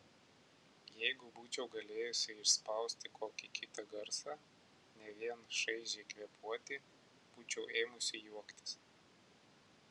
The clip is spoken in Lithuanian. jeigu būčiau galėjusi išspausti kokį kitą garsą ne vien šaižiai kvėpuoti būčiau ėmusi juoktis